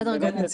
בסדר גמור.